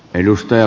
puhemies